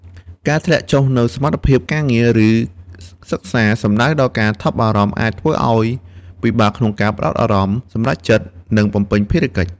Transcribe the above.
ការធ្លាក់ចុះនូវសមត្ថភាពការងារឬសិក្សា សំដៅដល់ការថប់បារម្ភអាចធ្វើឱ្យពិបាកក្នុងការផ្តោតអារម្មណ៍ សម្រេចចិត្ត និងបំពេញភារកិច្ច។